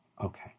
Okay